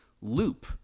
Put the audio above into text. loop